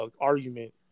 argument